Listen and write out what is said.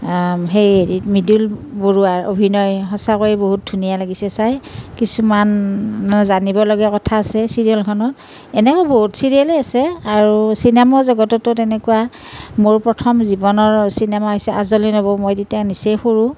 সেই মৃদুল বৰুৱাৰ অভিনয় সচাঁকৈ বহুত ধুনীয়া লাগিছে চাই কিছুমান জানিবলগীয়া কথা আছে চিৰিয়েলখনত এনেও বহুত চিৰিয়েলেই আছে আৰু চিনেমা জগততো তেনেকুৱা মোৰ প্ৰথম জীৱনৰ চিনেমা হৈছে আজলী নবৌ মই তেতিয়া নিচেই সৰু